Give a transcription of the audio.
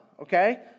okay